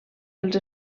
els